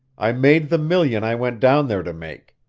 i made the million i went down there to make.